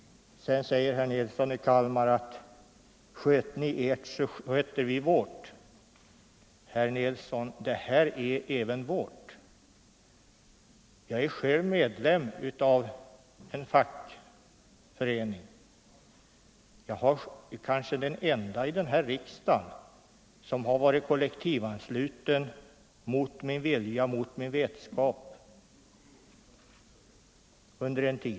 Sedan säger herr Nilsson i Kalmar: Sköt ni ert, så sköter vi vårt! — Herr Nilsson, det här är även vårt. Jag är själv medlem av en fackförening; jag är kanske den ende här i riksdagen som under en tid har varit kollektivt ansluten mot min vilja, utan min vetskap.